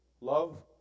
Love